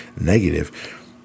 negative